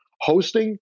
hosting